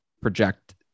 project